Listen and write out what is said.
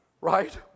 Right